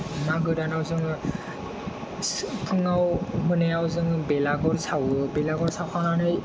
मागो दानाव जोङो फुंआव मोनायाव जोङो बेलागर सावो बेलागर सावखांनानै